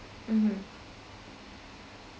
mm